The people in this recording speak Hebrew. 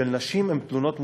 של נשים, הן תלונות מוצדקות.